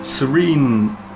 serene